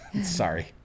sorry